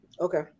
Okay